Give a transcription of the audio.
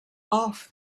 off